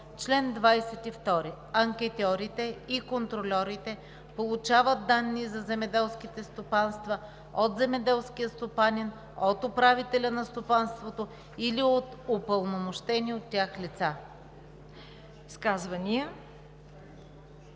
„Чл. 22. Анкетьорите и контрольорите получават данни за земеделските стопанства от земеделския стопанин, от управителя на стопанството или от упълномощени от тях лица.“